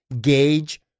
gauge